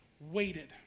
waited